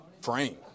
frame